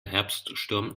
herbststurm